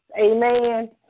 Amen